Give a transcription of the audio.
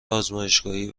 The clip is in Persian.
آزمایشگاهی